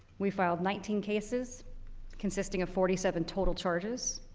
we filed nineteen cases consisting of forty seven total charges.